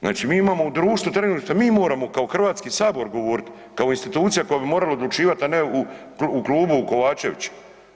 Znači mi imamo u društvu trenutno, mi moramo kao Hrvatski sabor govoriti, kao institucija koja bi morala odlučivati a ne u klubu Kovačevića.